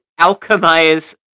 alchemize